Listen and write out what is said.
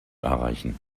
erreichen